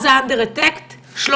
אני